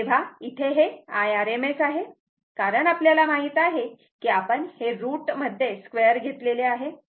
तेव्हा इथे हे IRMS आहे कारण आपल्याला माहित आहे की आपण हे रूट मध्ये स्क्वेअर घेतलेले आहे